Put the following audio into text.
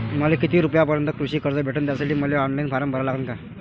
मले किती रूपयापर्यंतचं कृषी कर्ज भेटन, त्यासाठी मले ऑनलाईन फारम भरा लागन का?